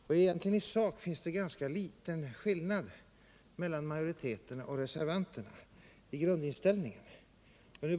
I sak finns det egentligen ganska liten skillnad mellan majoriteten och reservanterna när det gäller grundinställningen.